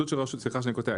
סליחה שאני קוטע,